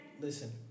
Listen